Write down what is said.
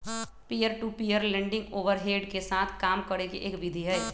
peer to peer lending overhead के साथ काम करे के एक विधि हई